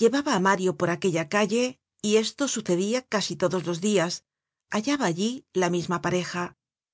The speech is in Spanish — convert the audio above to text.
llevaba á mario por aquella calle y esto sucedia casi todos los dias hallaba allí la misma pareja